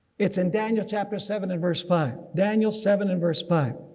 it's in daniel chapter seven and verse five, daniel seven and verse five.